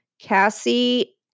Cassie